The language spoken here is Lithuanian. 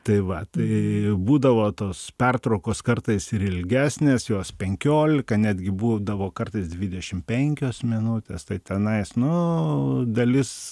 tai va tai būdavo tos pertraukos kartais ir ilgesnės jos penkiolika netgi būdavo kartais dvidešim penkios minutės tai tenais nu dalis